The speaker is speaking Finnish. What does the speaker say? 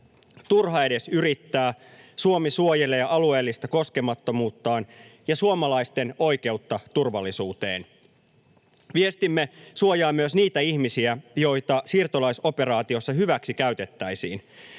turha edes yrittää, Suomi suojelee alueellista koskemattomuuttaan ja suomalaisten oikeutta turvallisuuteen. Viestimme suojaa myös niitä ihmisiä, joita siirtolaisoperaatiossa hyväksikäytettäisiin.